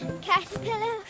Caterpillar